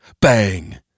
Bang